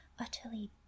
utterly